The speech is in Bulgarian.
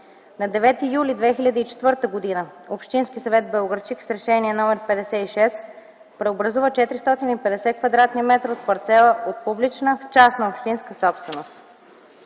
На 9 юли 2004 г. Общинският съвет – Белоградчик, с Решение № 56 преобразува 450 кв.м от парцела от публична в частна общинска собственост.